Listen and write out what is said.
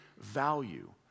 value